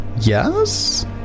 yes